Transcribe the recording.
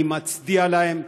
אני מצדיע להם.